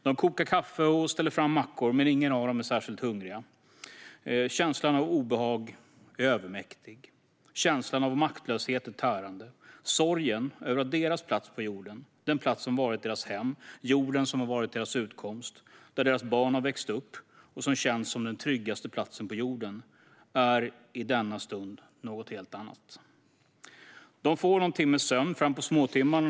De kokar kaffe och ställer fram mackor, men ingen av dem är särskilt hungrig. Känslan av obehag är övermäktig. Känslan av maktlöshet är tärande, liksom sorgen. Deras plats på jorden, platsen som varit deras hem och jorden som varit deras utkomst, platsen där deras barn har vuxit upp, platsen som känts som den tryggaste på jorden, är i denna stund något helt annat. De får någon timmes sömn frampå småtimmarna.